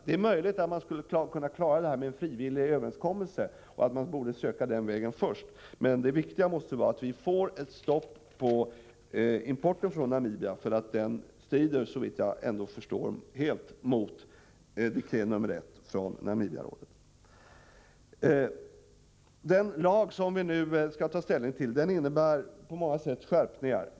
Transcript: Det är möjligt att man skulle kunna klara detta med en frivillig överenskommelse och att man borde försöka den vägen först, men det viktiga måste vara att vi får ett stopp på importen från Namibia. Den strider såvitt jag förstår mot dekret nr 1 från Namibiarådet. Den lag som vi nu skall ta ställning till innebär på många sätt skärpningar.